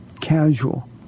casual